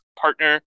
partner